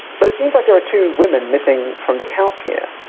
but it seems like there were two women missing from the count here.